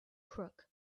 crook